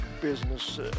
business